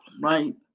right